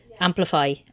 amplify